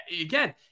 again